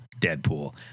Deadpool